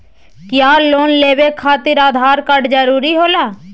क्या लोन लेवे खातिर आधार कार्ड जरूरी होला?